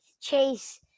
Chase